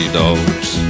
dogs